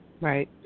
Right